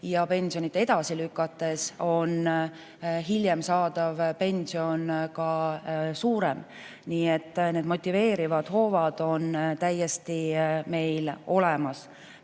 ja pensionile minekut edasi lükates on hiljem saadav pension ka suurem. Nii et need motiveerivad hoovad on täiesti meil olemas.